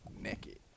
naked